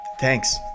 thanks